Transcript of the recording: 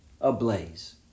ablaze